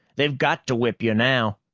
they've got to whip you now.